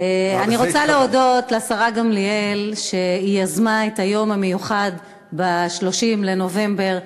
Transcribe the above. אני רוצה להודות לשרה גמליאל שיזמה את היום המיוחד ב-30 בנובמבר,